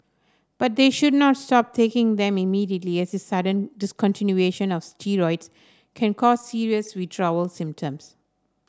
but they should not stop taking them immediately as sudden discontinuation of steroids can cause serious withdrawal symptoms